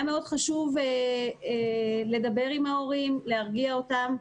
היה מאוד חשוב לדבר עם ההורים ולהרגיע אותם.